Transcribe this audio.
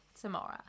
tomorrow